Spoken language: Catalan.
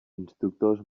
instructors